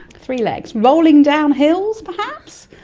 three legs, rolling down hills perhaps?